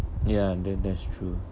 ya that that's true